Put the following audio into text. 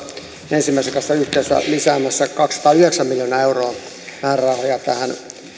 ensimmäisen kanssa yhteensä lisäämässä kaksisataayhdeksän miljoonaa euroa määrärahoja tähän